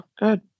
good